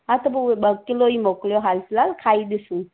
हा त पोइ उहे ॿ किलो ई मोकिलियो हालु फ़िलहालु खाई ॾिसूं